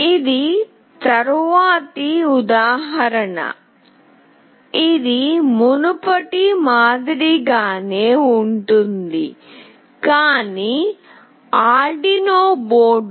ఇది తరువాతి ఉదాహరణ ఇది మునుపటి మాదిరిగానే ఉంటుంది కానీ ఆర్డునో బోర్డుతో